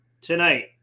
tonight